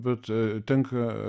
bet tenka